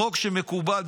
בחוק שמקובל.